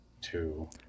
Two